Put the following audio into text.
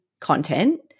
content